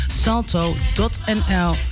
salto.nl